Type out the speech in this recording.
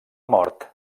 mort